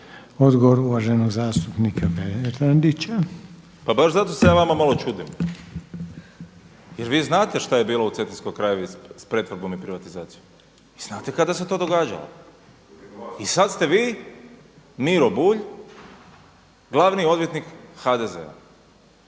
Odgovor uvaženog zastupnika Bernardića. **Bernardić, Davor (SDP)** Pa baš zato se ja vama malo čudim, jer vi znate šta je bilo u Cetinskoj krajini s pretvorbom i privatizacijom i znate kada se to događalo. I sad ste vi Miro Bulj glavni odvjetnik HDZ-a.